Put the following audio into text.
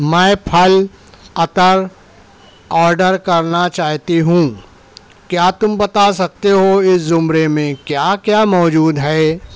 میں پھل عطر آرڈر کرنا چاہتی ہوں کیا تم بتا سکتے ہو اس زمرے میں کیا کیا موجود ہے